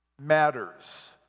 matters